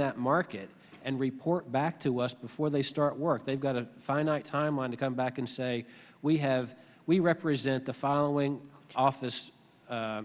that market and report back to us before they start work they've got a finite time line to come back and say we have we represent the following office